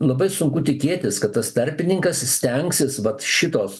labai sunku tikėtis kad tas tarpininkas stengsis vat šitos